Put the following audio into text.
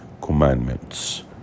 commandments